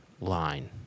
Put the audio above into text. line